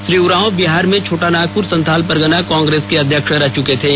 श्री उरांव बिहार में छोटानागपुर संथालपरगना कांग्रेस के अध्यक्ष रह चुके थे